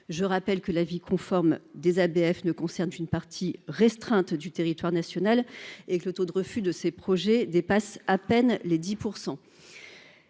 je rappelle que l'avis conforme des ABF ne concerne qu'une partie restreinte du territoire national et que le taux de refus de ces projets dépasse à peine les 10